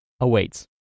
awaits